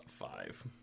five